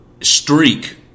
streak